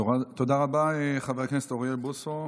תודה רבה, חבר הכנסת אוריאל בוסו.